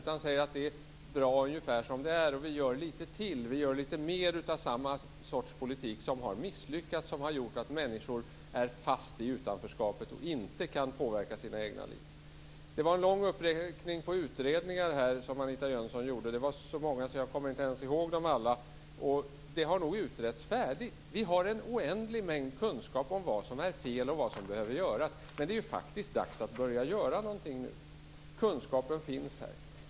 Man säger att det är bra ungefär som det är och att man gör lite mer av samma slag, men den politiken har ju misslyckats och gjort att människor är fast i utanförskapet och inte kan påverka sina egna liv. Anita Jönsson räknade upp en lång rad utredningar. Det var så många att jag inte ens kommer ihåg dem alla. Det har nog utretts färdigt här. Vi har en oändlig mängd kunskap om vad som är fel och vad som behöver göras. Det är faktiskt dags att börja göra någonting nu. Kunskapen finns här.